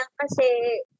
kasi